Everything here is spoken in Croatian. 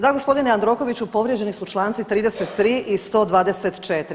Da gospodine Jandrokoviću, povrijeđeni su članci 33. i 124.